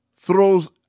Throws